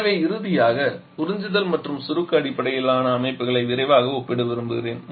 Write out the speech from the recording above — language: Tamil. எனவே இறுதியாக உறிஞ்சுதல் மற்றும் சுருக்க அடிப்படையிலான அமைப்புகளை விரைவாக ஒப்பிட விரும்புகிறேன்